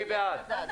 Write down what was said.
הצבעה בעד, 5 נגד,